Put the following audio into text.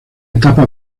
etapa